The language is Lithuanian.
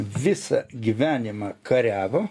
visą gyvenimą kariavo